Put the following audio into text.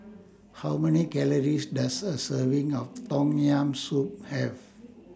How Many Calories Does A Serving of Tom Yam Soup Have